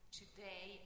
today